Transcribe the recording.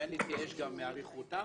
ואין להתייאש גם מאריכותם,